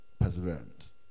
perseverance